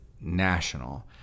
national